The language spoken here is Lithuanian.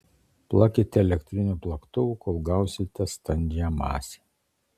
plakite elektriniu plaktuvu kol gausite standžią masę